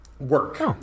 work